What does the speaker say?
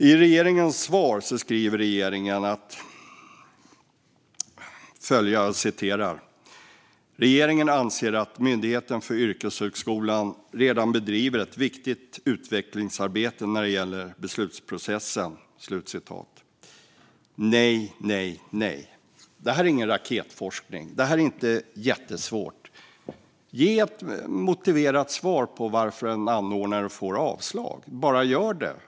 I sitt svar skriver regeringen att man anser att Myndigheten för yrkeshögskolan "redan bedriver ett viktigt utvecklingsarbete när det gäller beslutsprocessen". Nej, nej, nej. Det här är ingen raketforskning. Det här är inte jättesvårt. Ge ett motiverat svar på varför en anordnare får avslag! Bara gör det!